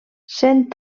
sent